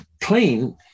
clean –